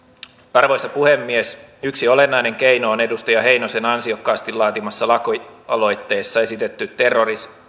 arvoisa puhemies yksi olennainen keino on edustaja heinosen ansiokkaasti laatimassa lakialoitteessa esitetty